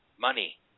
money